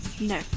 no